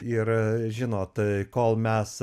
ir žinot kol mes